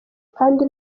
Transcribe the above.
kandi